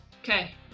Okay